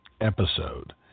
episode